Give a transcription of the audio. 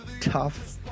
tough